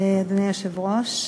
אדוני היושב-ראש,